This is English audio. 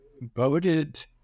voted